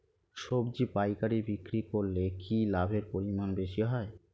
সবজি পাইকারি বিক্রি করলে কি লাভের পরিমাণ বেশি হয়?